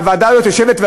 שהוועדה הזאת יושבת?